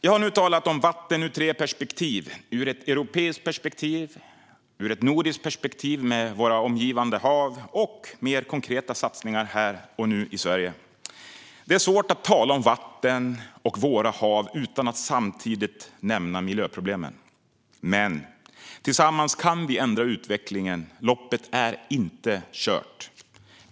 Jag har nu talat om vatten ur tre perspektiv: ur ett europeiskt perspektiv, ur ett nordiskt perspektiv med våra omgivande hav och ur ett perspektiv med mer konkreta satsningar här och nu i Sverige. Det är svårt att tala om vatten och våra hav utan att samtidigt nämna miljöproblemen, men tillsammans kan vi ändra utvecklingen. Loppet är inte kört.